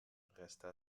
resta